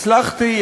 הצלחתי,